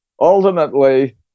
ultimately